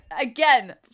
again